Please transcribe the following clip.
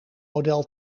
model